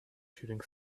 shooting